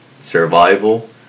survival